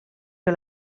que